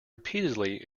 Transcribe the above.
repeatedly